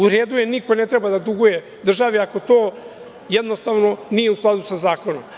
U redu je, niko ne treba da duguje državi ako to jednostavno nije u skladu sa zakonom.